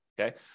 okay